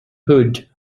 hood